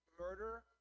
murder